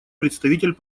представитель